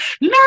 No